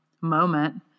moment